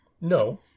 No